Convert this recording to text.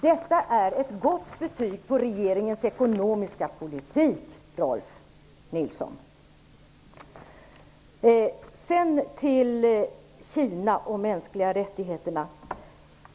Detta är ett gott betyg för regeringens ekonomiska politik, Rolf L Nilson. Sedan över till Kina och de mänskliga rättigheterna.